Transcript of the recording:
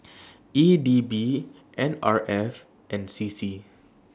E D B N R F and C C